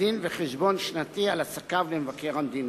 דוח שנתי על עסקיו למבקר המדינה.